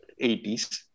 80s